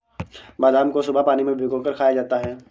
बादाम को सुबह पानी में भिगोकर खाया जाता है